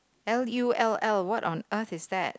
L_U_L_L what on earth is that